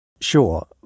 Sure